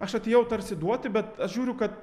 aš atėjau tarsi duoti bet žiūriu kad